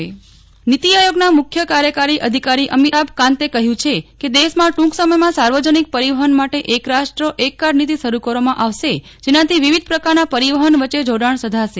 નેહલ ઠક્કર નીતિ આયોગ નીતિ આયોગના મુખ્ય કાર્યકારી અધિકારી અમિતાભ કાંતે કહ્યું છે કે દેશમાં ટૂંક સમયમાં સાર્વજનિક પરિવહન માટે એક રાષ્ટ્ર એક કાર્ડ નીતિ શરૂ કરવામાં આવશે જેનાથી વિવિધ પ્રકારના પરિવહન વચ્ચે જોડાજ્ઞ સધાશે